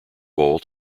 bowl